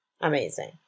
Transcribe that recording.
Amazing